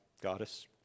goddess